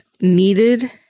needed